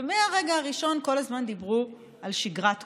ומהרגע הראשון כל הזמן דיברו על שגרת קורונה.